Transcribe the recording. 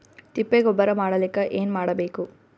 ತಿಪ್ಪೆ ಗೊಬ್ಬರ ಮಾಡಲಿಕ ಏನ್ ಮಾಡಬೇಕು?